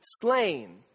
slain